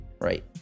Right